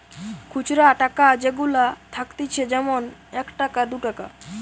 খুচরা টাকা যেগুলা থাকতিছে যেমন এক টাকা, দু টাকা